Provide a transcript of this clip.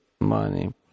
money